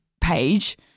page